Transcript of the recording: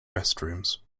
restrooms